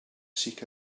seek